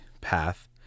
path